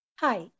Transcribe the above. Hi